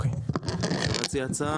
אפשר להציע הצעה?